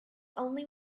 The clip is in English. only